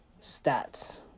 stats